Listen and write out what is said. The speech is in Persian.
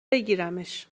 بگیرمش